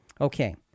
Okay